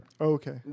okay